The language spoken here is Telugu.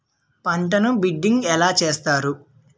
పంటను బిడ్డింగ్ ఎలా చేస్తారు?